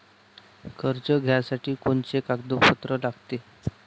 कर्ज घ्यासाठी कोनचे कागदपत्र लागते?